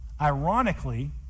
ironically